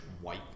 white